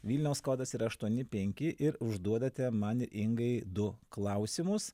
vilniaus kodas yra aštuoni penki ir užduodate man ingai du klausimus